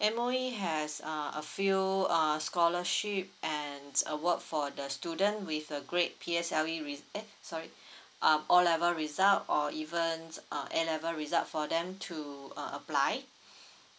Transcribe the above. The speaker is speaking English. M_O_E has uh a few uh scholarship and award for the student with a great P_S_L_E re~ eh sorry um o level result result or even uh a level result for them to uh apply